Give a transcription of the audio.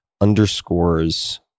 underscores